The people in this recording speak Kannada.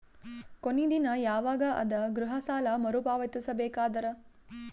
ಕೊನಿ ದಿನ ಯವಾಗ ಅದ ಗೃಹ ಸಾಲ ಮರು ಪಾವತಿಸಬೇಕಾದರ?